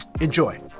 Enjoy